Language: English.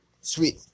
Sweet